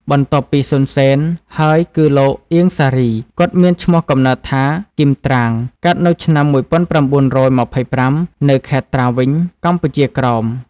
បន្ទាប់ពី សុន សេន ហើយគឺលោក អៀង សារី គាត់មានឈ្មោះកំណើតថា គីម ត្រាង កើតនៅឆ្នាំ១៩២៥ នៅខេត្តត្រាវិញ កម្ពុជាក្រោម។